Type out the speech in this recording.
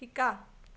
শিকা